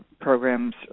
programs